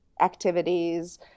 activities